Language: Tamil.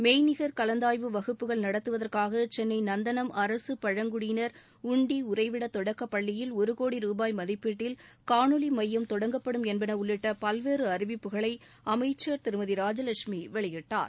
மெய்நிகர் கலந்தாய்வு வகுப்புகள் நடத்துவதற்காக சென்னை நந்தனம் அரசு பழங்குடியினர் உண்டி உறைவிட தொடக்கப் பள்ளியில் ஒரு கோடி ரூபாய் மதிப்பீட்டில் காணொலி மையம் தொடங்கப்படும் என்பன உள்ளிட்ட பல்வேறு அறிவிப்புகளையும் அமைச்சர் திருமதி ராஜவட்சுமி வெளியிட்டார்